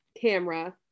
camera